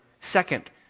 second